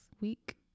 week